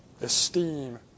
Esteem